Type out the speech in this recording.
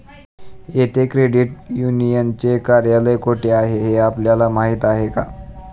येथे क्रेडिट युनियनचे कार्यालय कोठे आहे हे आपल्याला माहित आहे का?